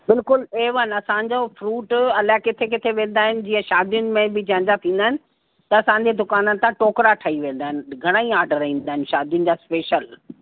बिल्कुलु एवन असांजो फ़्रूट अलाए किथे किथे वेंदा आहिनि जीअं शादियुनि में बि जंहिंजा थींदा आहिनि त असांजे दुकान तव्हां टोकरा ठही वेंदा आहिनि घणेई आडर ईंदा आहिनि शादियुनि जा स्पेशल